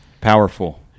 Powerful